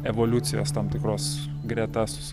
evoliucijos tam tikros greta